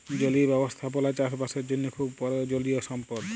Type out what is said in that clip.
জলীয় ব্যবস্থাপালা চাষ বাসের জ্যনহে খুব পরয়োজলিয় সম্পদ